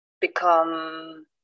become